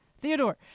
Theodore